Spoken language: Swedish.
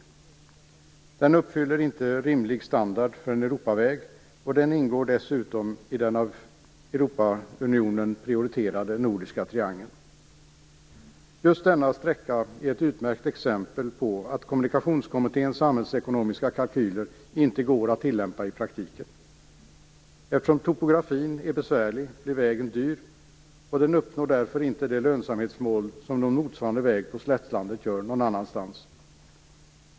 Vägen uppfyller inte rimlig standard för en Europaväg, och den ingår dessutom i den av Europeiska unionen prioriterade nordiska triangeln. Just denna sträcka är ett utmärkt exempel på att Kommunikationskommitténs samhällsekonomiska kalkyler inte går att tillämpa i praktiken. Eftersom topografin är besvärlig blir vägen dyr, och den uppnår därför inte de lönsamhetsmål som en motsvarande väg på slättlandet.